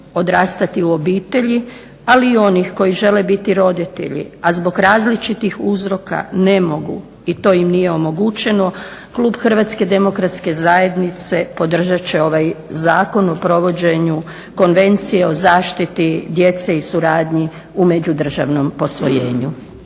odrastati u obitelji, ali i onih koji žele biti roditelji, a zbog različitih uzroka ne mogu i to im nije omogućeno klub Hrvatske demokratske zajednice podržat će ovaj Zakon o provođenju Konvencije o zaštiti djece i suradnji u međudržavnom posvojenju.